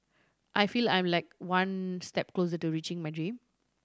I feel I am like one step closer to reaching my dream